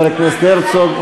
חבר הכנסת הרצוג.